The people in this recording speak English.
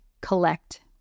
Collect